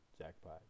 jackpot